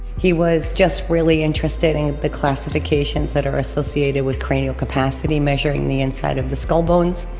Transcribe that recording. he was just really interested in the classifications that are associated with cranial capacity, measuring the inside of the skull bones.